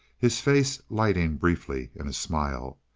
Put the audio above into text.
his face lighting briefly in a smile.